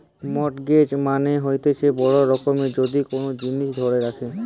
mortgage মানে হতিছে বড় রকমের যদি কোন জিনিস ধরে রাখে